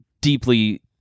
deeply